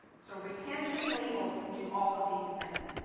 so retention labels can do all of these things.